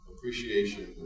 appreciation